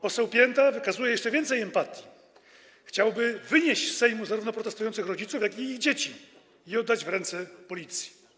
Poseł Pięta wykazuje jeszcze więcej empatii - chciałby wynieść z Sejmu zarówno protestujących rodziców, jak i ich dzieci i oddać ich w ręce Policji.